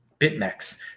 BitMEX